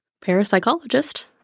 Parapsychologist